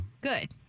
good